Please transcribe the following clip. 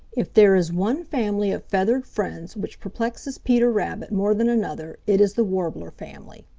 if there is one family of feathered friends which perplexes peter rabbit more than another, it is the warbler family.